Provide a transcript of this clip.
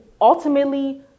ultimately